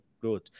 growth